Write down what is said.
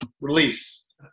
release